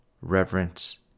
reverence